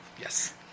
Yes